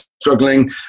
struggling